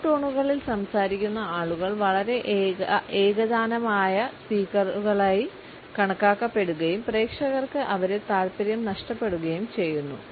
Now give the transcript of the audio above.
മോണോടോണുകളിൽ സംസാരിക്കുന്ന ആളുകൾ വളരെ ഏകതാനമായ സ്പീക്കറുകളായി കണക്കാക്കപ്പെടുകയും പ്രേക്ഷകർക്ക് അവരിൽ താൽപ്പര്യം നഷ്ടപ്പെടുകയും ചെയ്യുന്നു